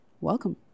welcome